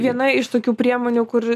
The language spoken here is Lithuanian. viena iš tokių priemonių kur